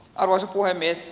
arvoisa puhemies